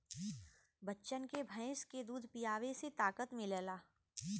बच्चन के भैंस के दूध पीआवे से ताकत मिलेला